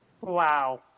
Wow